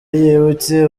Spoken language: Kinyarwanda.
yibutse